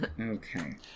Okay